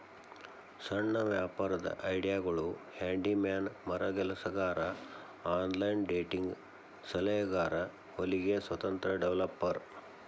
ಸಣ್ಣ ವ್ಯಾಪಾರದ್ ಐಡಿಯಾಗಳು ಹ್ಯಾಂಡಿ ಮ್ಯಾನ್ ಮರಗೆಲಸಗಾರ ಆನ್ಲೈನ್ ಡೇಟಿಂಗ್ ಸಲಹೆಗಾರ ಹೊಲಿಗೆ ಸ್ವತಂತ್ರ ಡೆವೆಲಪರ್